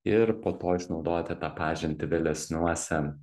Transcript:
ir po to išnaudoti tą pažintį vėlesniuose